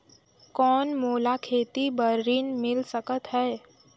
कौन मोला खेती बर ऋण मिल सकत है?